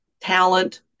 talent